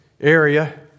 area